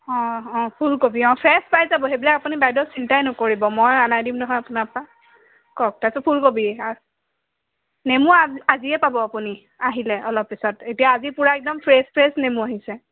অঁ অঁ ফুলকবি অঁ ফ্ৰেচ পাই যাব সেইবিলাক আপুনি বাইদেউ চিন্তাই নকৰিব মই অনাই দিম নহয় আপোনাৰ পৰা কওক তাৰপিছত ফুলকবি নেমু আজি আজিয়েই পাব আপুনি আহিলে অলপ পিছত এতিয়া আজি পুৰা একদম ফ্ৰেচ ফ্ৰেচ নেমু আহিছে